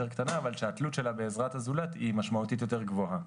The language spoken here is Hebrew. קטנה אבל שהתלות שלה בעזרת הזולת היא משמעותית יותר גבוהה.